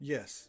Yes